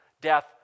death